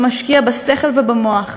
שמשקיע בשכל ובמוח,